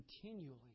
continually